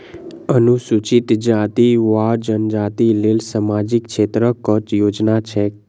अनुसूचित जाति वा जनजाति लेल सामाजिक क्षेत्रक केँ योजना छैक?